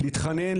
להתחנן,